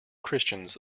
christians